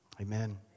Amen